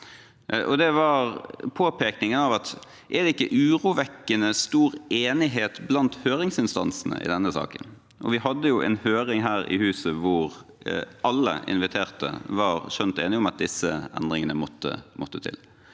Det var påpekningen: Er det ikke urovekkende stor enighet blant høringsinstansene i denne saken? Vi hadde jo en høring her i huset hvor alle inviterte var skjønt enige om at disse endringene måtte til.